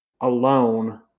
alone